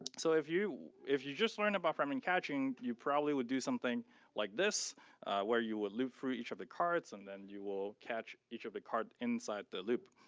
so if you, if you just learn about frame and caching, you probably would do something like this where you would loop for each of the cards and then you will catch each of the card inside the loop.